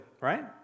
right